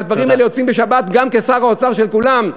שהדברים האלה יוצאים בשבת, גם כשר האוצר של כולם.